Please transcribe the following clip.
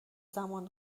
زمان